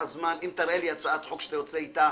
אם תראה לי הצעת חוק שאת היוצא איתה,